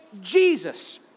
Jesus